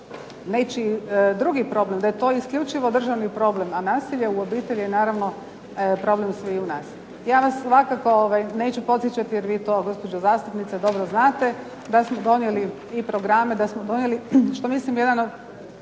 nečiji drugi problem, da je to isključivo državni problem, a nasilje u obitelji je naravno problem sviju nas. Ja vas svakako neću podsjećati jer vi to gospođo zastupnice dobro znate da smo donijeli i programe, da smo donijeli, što mislim jedan od